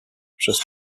przez